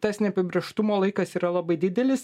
tas neapibrėžtumo laikas yra labai didelis